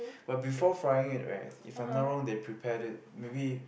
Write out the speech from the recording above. but before frying it right if I no wrong they prepare it maybe